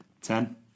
Ten